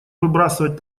выбрасывать